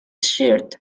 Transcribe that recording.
shirt